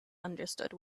understood